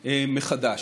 נבדק מחדש.